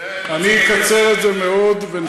אני אקצר את זה מאוד.